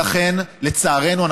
לצערנו,